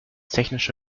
technische